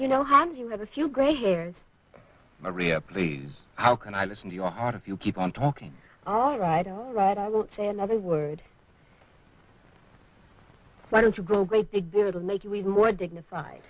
have a few gray hairs maria please how can i listen to your heart if you keep on talking all right all right i won't say another word why don't you grow great big brother it'll make you even more dignified